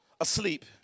asleep